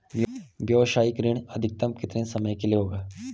व्यावसायिक ऋण अधिकतम कितने समय के लिए होगा?